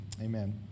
amen